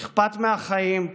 אכפת מהחיים,